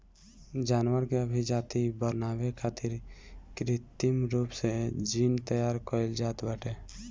जानवर के अभिजाति बनावे खातिर कृत्रिम रूप से जीन तैयार कईल जात बाटे